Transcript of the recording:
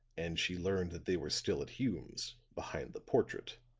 and she learned that they were still at hume's behind the portrait?